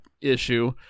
issue